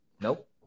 nope